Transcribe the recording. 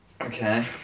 okay